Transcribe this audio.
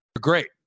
great